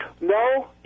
No